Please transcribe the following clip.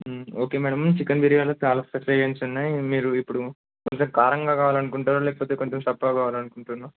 okay madam chicken బిర్యానీలో చాలా special variants ఉన్నాయి మీరు ఇప్పుడు ఐదర్ కారంగా కావాలి అనుకుంటారా లేకపోతే కొంచెం చప్పగా కావాలి అనుకుంటుర్రా